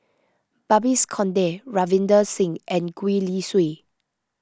Babes Conde Ravinder Singh and Gwee Li Sui